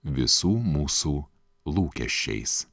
visų mūsų lūkesčiais